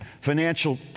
financial